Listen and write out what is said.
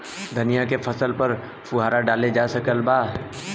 धनिया के फसल पर फुहारा डाला जा सकत बा?